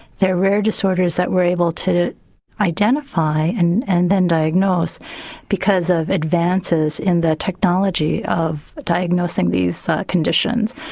they are rare disorders that we're able to identify and and then diagnose because of advances in the technology of diagnosing these conditions.